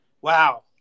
Wow